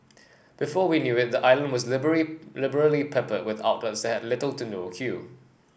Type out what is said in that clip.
before we knew it the island was liberally liberally peppered with outlets that had little to no queue